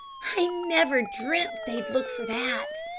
i never dreamt they'd look for that.